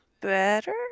better